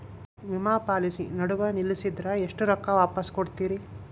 ವಿಮಾ ಪಾಲಿಸಿ ನಡುವ ನಿಲ್ಲಸಿದ್ರ ಎಷ್ಟ ರೊಕ್ಕ ವಾಪಸ್ ಕೊಡ್ತೇರಿ?